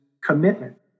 commitment